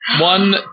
One